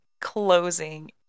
closing